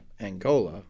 Angola